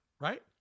right